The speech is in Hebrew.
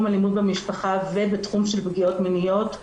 אלימות במשפחה ובתחום של פגיעות מיניות,